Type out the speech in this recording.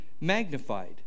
magnified